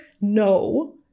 No